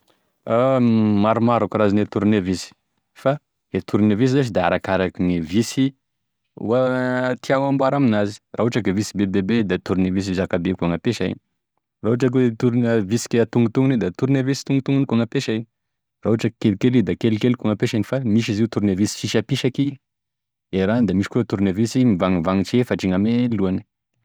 Maromaro e karazan'e torinevisy fa e torinevisy zash da arakarakigne visy hoa tiagnao amboara aminazy, raha ohatra ka visy be de be da torinevisy zakabe koa gn'ampesay raha ohatra ka hoe tor- visy atognitogniny da torinevisy atognitogniny koa gn'ampesay, fa raha ohatra kelikely izy da kelikely koa gn'ampesay, fa misy koa e torinevisy fisampisaky e rahany da misy koa e torinevisy mibaragnibaragnitry efatry gn'ame lohany.